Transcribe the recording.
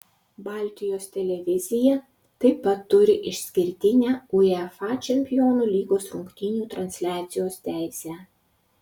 baltijos televizija taip pat turi išskirtinę uefa čempionų lygos rungtynių transliacijos teisę